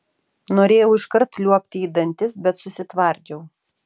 norėjau iškart liuobti į dantis bet susitvardžiau